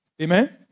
Amen